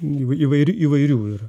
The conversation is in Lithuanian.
įvairi įvairių yra